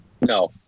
No